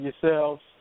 yourselves